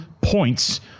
points